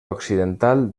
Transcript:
occidental